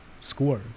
score